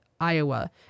Iowa